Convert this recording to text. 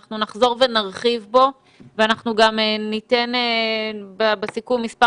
אנחנו נחזור ונרחיב בו ואנחנו גם ניתן בסיכום מספר